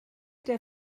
der